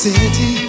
City